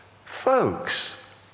Folks